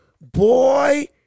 boy